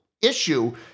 issue